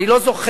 אני לא זוכר,